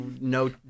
No